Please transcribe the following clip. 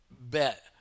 bet